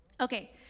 okay